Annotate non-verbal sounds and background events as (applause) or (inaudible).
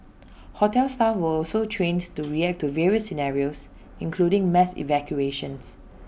hotel staff were also trained to (noise) react to various scenarios including mass evacuations